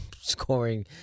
scoring